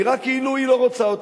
נראה כאילו היא לא רוצה אותם.